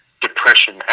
depression